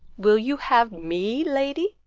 will you have me, lady?